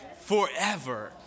forever